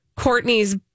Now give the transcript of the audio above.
Courtney's